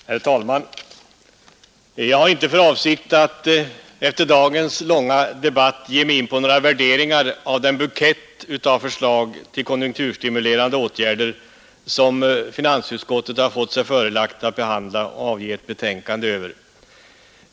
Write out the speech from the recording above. Herr talman! Jag har inte för avsikt att efter dagens långa debatt ge mig in på några värderingar av den bukett av förslag till konjunkturstimulerande åtgärder som finansutskottet har fått sig förelagd att behandla och avge betänkande över.